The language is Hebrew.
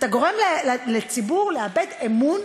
אתה גורם לציבור לאבד אמון